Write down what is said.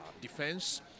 defense